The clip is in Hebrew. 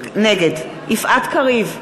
נגד יפעת קריב,